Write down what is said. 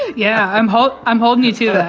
yeah i'm hot. i'm holding you to